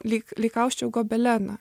lyg lyg ausčiau gobeleną